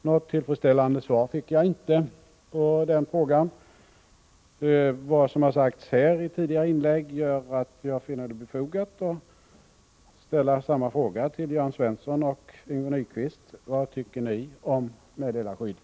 Något tillfredsställande svar fick jag inte på den frågan. Det som har sagts här i tidigare inlägg gör att jag finner det befogat att ställa samma fråga till Jörn Svensson och Yngve Nyquist: Vad tycker ni om meddelarskyddet?